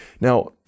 Now